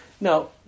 Now